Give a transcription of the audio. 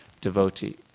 devotee